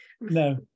no